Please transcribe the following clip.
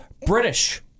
British